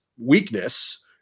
weakness